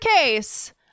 case